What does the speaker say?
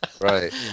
Right